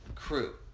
crew